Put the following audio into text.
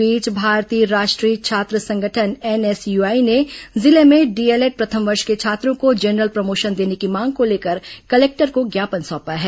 इस बीच भारतीय राष्ट्रीय छात्र संगठन एनएसयूआई ने जिले में डीएलएड प्रथम वर्ष के छात्रों को जनरल प्रमोशन देने की मांग को लेकर कलेक्टर को ज्ञापन सौंपा है